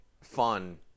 fun